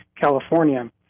California